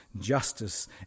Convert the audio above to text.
justice